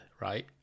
right